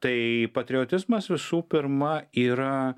tai patriotizmas visų pirma yra